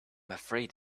afraid